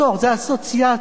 זה אסוציאציות,